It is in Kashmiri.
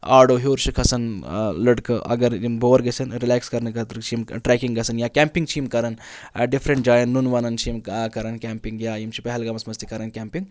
آڑو ہیوٚر چھِ کھَسان لٔڑکہٕ اگر یِم بور گژھان رِلٮ۪کس کَرنہِ خٲطرٕ چھِ یِم ٹرٛیکِنٛگ گژھان یا کٮ۪مپِنٛگ چھِ یِم کَران ڈِفرنٛٹ جایَن نُن وَنان چھِ یِم کَران کٮ۪مپِنٛگ یا یِم چھِ پہلگامَس منٛز تہِ کَران کٮ۪مپِنٛگ